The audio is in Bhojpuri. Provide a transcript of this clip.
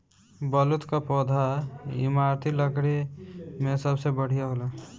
बलूत कअ पौधा इमारती लकड़ी में सबसे बढ़िया होला